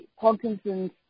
Parkinson's